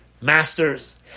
masters